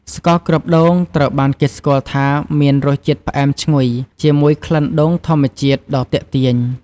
ស្ករគ្រាប់ដូង ត្រូវបានគេស្គាល់ថាមានរសជាតិផ្អែមឈ្ងុយ ជាមួយក្លិនដូងធម្មជាតិដ៏ទាក់ទាញ។